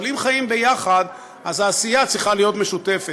אבל אם חיים יחד, העשייה צריכה להיות משותפת.